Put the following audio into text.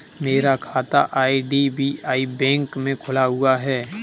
मेरा खाता IDBI bank में खुला हुआ है